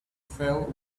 fell